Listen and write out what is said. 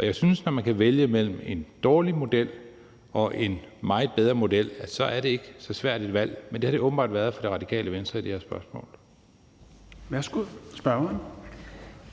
Jeg synes, at når man kan vælge mellem en dårlig model og en meget bedre model, så er det ikke så svært et valg, men det har det åbenbart været for Radikale Venstre i det her spørgsmål.